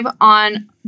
on